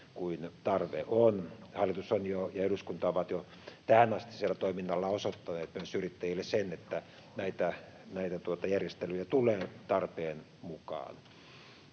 kuin tarve on. Hallitus ja eduskunta ovat jo tähänastisella toiminnallaan osoittaneet myös yrittäjille sen, että näitä järjestelyjä tulee tarpeen mukaan.